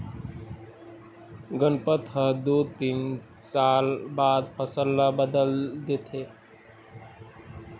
गनपत ह दू तीन साल बाद फसल ल बदल देथे